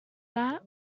that